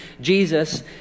Jesus